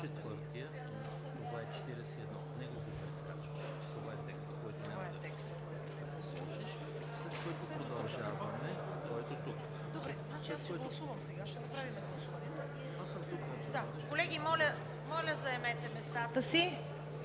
Колеги, моля, заемете местата си.